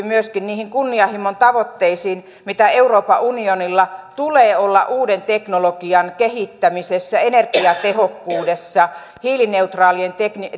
myöskin niihin kunnianhimoisiin tavoitteisiin mitä euroopan unionilla tulee olla uuden teknologian kehittämisessä energiatehokkuudessa hiilineutraalien